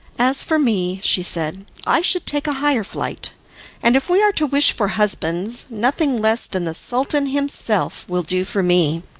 as for me, she said, i should take a higher flight and if we are to wish for husbands, nothing less than the sultan himself will do for me.